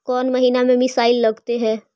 कौन महीना में मिसाइल लगते हैं?